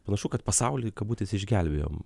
panašu kad pasaulį kabutėse išgelbėjom